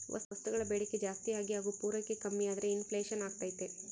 ವಸ್ತುಗಳ ಬೇಡಿಕೆ ಜಾಸ್ತಿಯಾಗಿ ಹಾಗು ಪೂರೈಕೆ ಕಮ್ಮಿಯಾದ್ರೆ ಇನ್ ಫ್ಲೇಷನ್ ಅಗ್ತೈತೆ